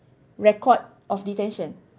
record of detention